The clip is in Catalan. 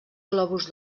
globus